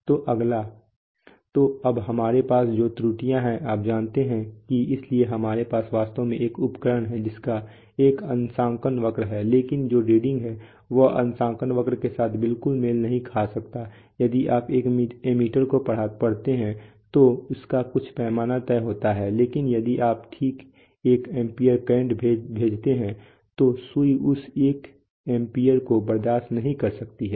तो अगला तो अब हमारे पास जो त्रुटियां हैं आप जानते हैं कि इसलिए हमारे पास वास्तव में एक उपकरण है जिसका एक अंशांकन वक्र है लेकिन जो रीडिंग है वह अंशांकन वक्र के साथ बिल्कुल मेल नहीं खा सकता है यदि आप एक एमीटर को पढ़ते हैं तो इसका कुछ पैमाना तय होता है लेकिन यदि आप ठीक एक एम्पीयर करंट भेजते हैं तो सुई उस एक एम्पीयर को बर्दाश्त नहीं कर सकती है